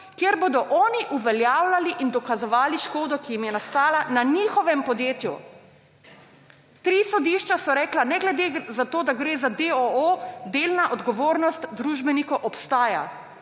kjer bodo oni uveljavljali in dokazovali škodo, ki jim je nastala na njihovem podjetju. Tri sodišča so rekla, ne glede na to, da gre za deoo, delna odgovornost družbenikov obstaja.